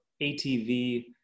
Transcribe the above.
ATV